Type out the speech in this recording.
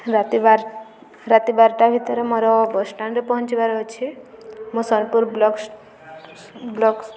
ରାତି ବାର ରାତି ବାରଟା ଭିତରେ ମୋର ବସ୍ଷ୍ଟାଣ୍ଡରେ ପହଞ୍ଚିବାର ଅଛି ମୁଁ ସରକୁର ବ୍ଲକ୍ ବ୍ଲକ୍ ସ୍